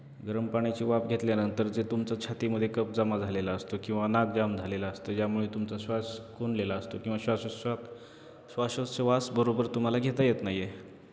गरम पाण्याची वाफ घेतल्यानंतर जे तुमच्या छातीमध्ये कप जमा झालेला असतो किंवा नाक जाम झालेलं असतं ज्यामुळे तुमचा श्वास कोंडलेला असतो किंवा श्वासोस्वा श्वासोच्छ्वास बरोबर तुम्हाला घेता येत नाही आहे